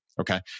okay